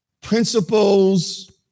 principles